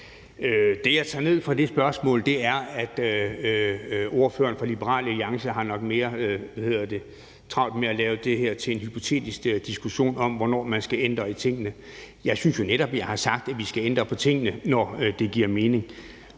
Det, jeg tager ned fra det spørgsmål, er, at ordføreren for Liberal Alliance nok har mere travlt med at lave det her til en hypotetisk diskussion om, hvornår man skal ændre i tingene. Jeg synes jo netop, at vi har sagt, at vi skal ændre på tingene, når det giver mening.